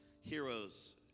heroes